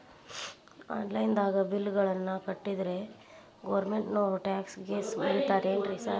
Online ದಾಗ bill ಗಳನ್ನಾ ಕಟ್ಟದ್ರೆ ಗೋರ್ಮೆಂಟಿನೋರ್ ಟ್ಯಾಕ್ಸ್ ಗೇಸ್ ಮುರೇತಾರೆನ್ರಿ ಸಾರ್?